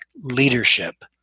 leadership